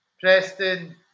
Preston